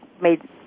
made